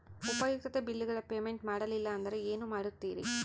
ಉಪಯುಕ್ತತೆ ಬಿಲ್ಲುಗಳ ಪೇಮೆಂಟ್ ಮಾಡಲಿಲ್ಲ ಅಂದರೆ ಏನು ಮಾಡುತ್ತೇರಿ?